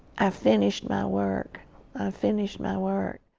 i finished my work, i finished my work.